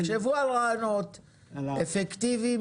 תחשבו על רעיונות אפקטיביים,